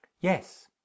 Yes